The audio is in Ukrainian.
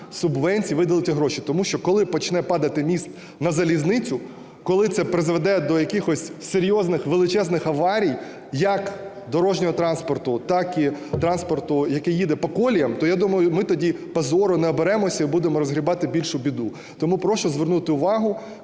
субвенцій виділити гроші. Тому що, коли почне падати міст на залізницю, коли це призведе до якихось серйозних величезних аварій як дорожнього транспорту, так і транспорту, який їде по коліям, то я думаю, ми тоді позору не оберемося і будемо розгрібати більшу біду. Тому прошу звернути увагу,